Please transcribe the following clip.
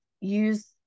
use